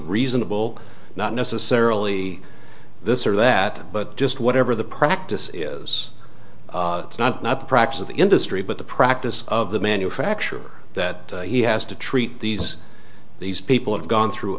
reasonable not necessarily this or that but just whatever the practice is it's not not the practice of the industry but the practice of the manufacturer that he has to treat these these people have gone through